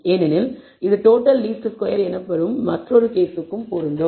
ஏனெனில் இது total least square எனப்படும் மற்றொரு கேஸுக்கும் பொருந்தும்